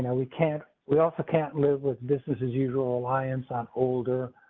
yeah we can't we also can't live with business as usual alliance on older.